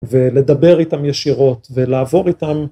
ולדבר איתם ישירות, ולעבור איתם